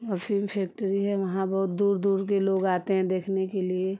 अफीम फेक्ट्री है वहाँ बहुत दूर दूर के लोग आते हैं देखने के लिए